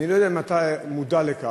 אני לא יודע אם אתה מודע לכך,